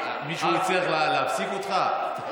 מישהו הצליח להפסיק אותך?